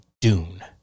Dune